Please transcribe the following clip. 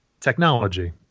technology